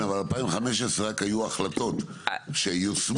כן אבל 2015 רק היו החלטות שיושמו.